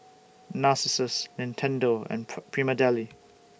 Narcissus Nintendo and Prima Deli